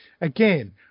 again